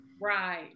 Right